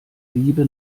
wiebe